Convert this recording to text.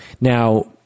Now